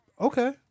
okay